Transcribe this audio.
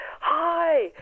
hi